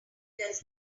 does